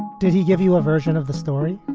did he give you a version of the story?